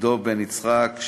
עידו בן-יצחק,